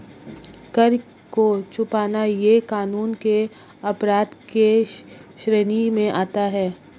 कर को छुपाना यह कानून के अपराध के श्रेणी में आता है